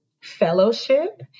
Fellowship